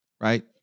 Right